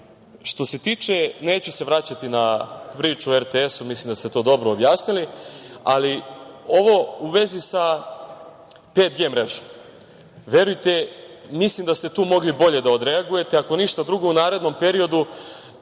danima. Neću se vraćati na priču o RTS. Mislim da ste to dobro objasnili. Ovo u vezi sa 5G mrežom. Verujte, mislim da ste tu mogli bolje da odreagujete, ako ništa drugo u narednom periodu,